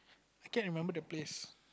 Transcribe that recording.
I can remember the place